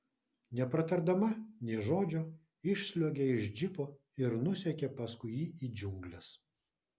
nepratardama nė žodžio išsliuogė iš džipo ir nusekė paskui jį į džiungles